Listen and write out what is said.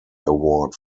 award